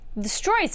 destroys